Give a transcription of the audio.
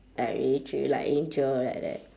like really treat you like angel like that